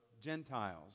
Gentiles